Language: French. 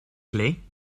clés